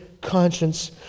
conscience